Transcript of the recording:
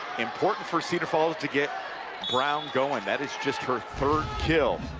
important for cedar falls to get brown going that is just her third kill.